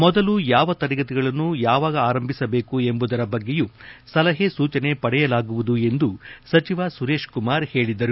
ಮೊದಲು ಯಾವ ತರಗತಿಗಳನ್ನು ಯಾವಾಗ ಆರಂಭಿಸಬೇಕು ಎಂಬುದರ ಬಗ್ಗೆಯೂ ಸಲಹೆ ಸೂಚನೆ ಪಡೆಯಲಾಗುವುದು ಎಂದು ಸಚಿವ ಸುರೇಶ್ಕುಮಾರ್ ಹೇಳಿದರು